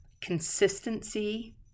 consistency